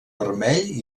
vermell